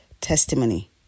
testimony